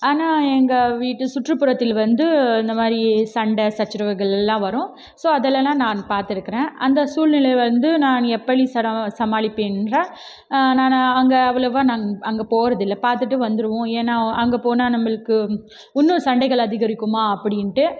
ஆனால் எங்கள் வீட்டு சுற்றுப்புறத்தில் வந்து இந்தமாதிரி சண்டை சச்சரவுகள் எல்லாம் வரும் ஸோ அதுலலாம் நான் பாத்துருக்கிறன் அந்த சூழ்நிலையை வந்து நான் எப்படி சமாளிப்பேன் என்றால் நான் அந்த அவ்வளவா நான் அங்கே போகிறது இல்லை பார்த்துட்டு வந்துடுவோம் ஏன்னா அங்கே போனால் நம்மளுக்கு இன்னும் சண்டைகள் அதிகரிக்குமா அப்படின்ட்டு